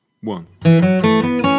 one